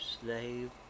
slave